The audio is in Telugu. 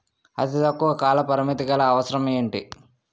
అతి తక్కువ కాల పరిమితి గల అవసరం ఏంటి